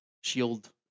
shield